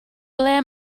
ble